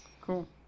Cool